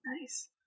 Nice